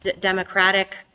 democratic